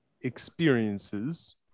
experiences